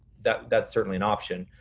that's that's certainly an option.